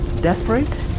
desperate